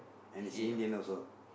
and is a Indian also